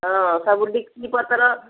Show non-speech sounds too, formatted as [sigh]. ହଁ ସବୁ [unintelligible] ପତ୍ର